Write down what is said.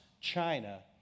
China